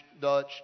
Dutch